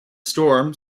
storm